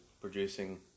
producing